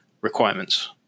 requirements